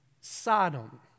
Sodom